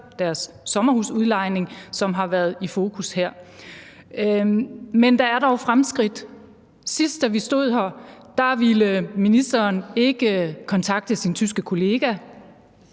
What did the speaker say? deres sommerhusudlejning, som har været i fokus her. Men der er dog fremskridt. Sidst vi stod her, ville ministeren ikke kontakte sin tyske kollega,